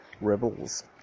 rebels